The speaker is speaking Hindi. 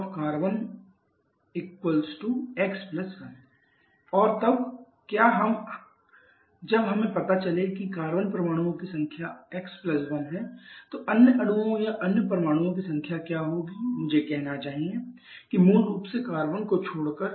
C की संख्या x1 और तब क्या जब हमें पता चले कि कार्बन परमाणुओं की संख्या x1 है तो अन्य अणुओं या अन्य परमाणुओं की संख्या क्या होगी मुझे कहना चाहिए कि मूल रूप से कार्बन को छोड़कर